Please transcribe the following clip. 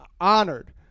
honored